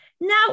now